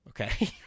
Okay